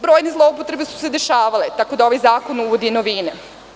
Brojne zloupotrebe su se dešavale, tako da ovaj zakon uvodi novine.